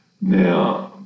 now